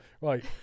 right